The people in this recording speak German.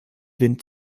wind